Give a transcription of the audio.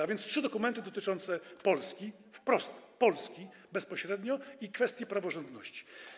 A więc były trzy dokumenty dotyczące Polski wprost, Polski bezpośrednio i kwestii praworządności.